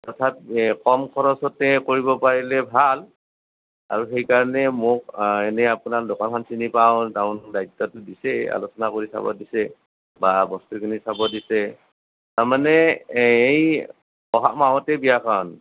তথাপি কম খৰছতে কৰিব পাৰিলে ভাল আৰু সেইকাৰণে মোক এনেই আপোনাৰ দোকানখন চিনি পাওঁ যাওঁ দায়িত্বটো দিছে আলোচনা কৰি চাব দিছে বা বস্তুখিনি চাব দিছে তাৰ মানে এই অহা মাহতে বিয়াখন